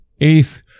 eighth